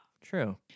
True